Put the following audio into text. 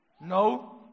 No